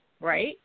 right